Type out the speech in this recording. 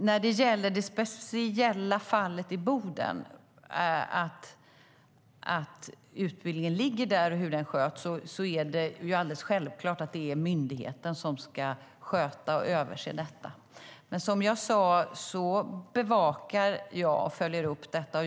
När det gäller det speciella fallet i Boden, att utbildningen ligger där och hur den sköts, är det självklart att det är myndigheten som ska sköta och överse detta. Men som jag sade bevakar jag och följer upp detta.